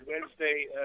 Wednesday